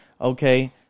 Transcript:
okay